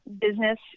business